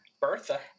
Bertha